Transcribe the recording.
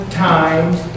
times